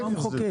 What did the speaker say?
המחוקק.